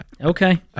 Okay